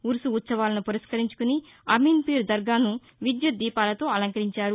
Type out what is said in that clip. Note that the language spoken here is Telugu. ఉరుసు ఉత్సవాలను పురస్కరించుకుని అమీన్పీరు దర్గాను విద్యుద్దీపాలతో అంకరించారు